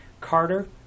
Carter